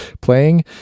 playing